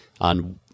on